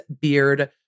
beard